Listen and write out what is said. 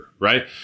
right